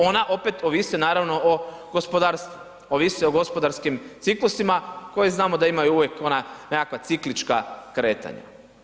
Ona opet ovise naravno o gospodarstvu, ovise o gospodarskim ciklusima koji znamo da imaju uvijek ona nekakva ciklička kretanja.